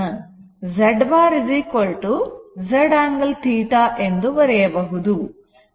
Z bar Z angle θ ಎಂದು ಬರೆಯಬಹುದು